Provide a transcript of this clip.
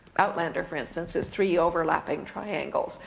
outlander for instance, was three overlapping triangles.